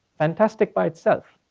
fantastic by itself,